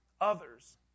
others